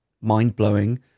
mind-blowing